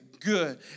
good